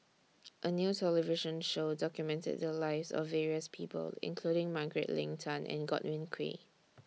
A New television Show documented The Lives of various People including Margaret Leng Tan and Godwin Koay